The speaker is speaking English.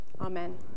Amen